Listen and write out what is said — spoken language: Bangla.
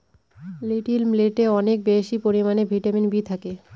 লিটিল মিলেটে অনেক বেশি পরিমানে ভিটামিন বি থাকে